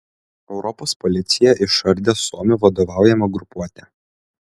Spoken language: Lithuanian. europos policija išardė suomių vadovaujamą grupuotę